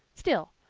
still,